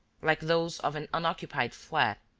like those of an unoccupied flat,